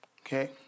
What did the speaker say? okay